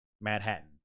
Manhattan